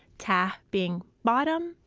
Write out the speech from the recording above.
tah being bottom,